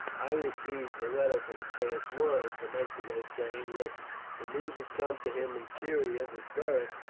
i received a letter from caius muro some months ago, saying that the news had come to him in syria that beric,